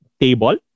table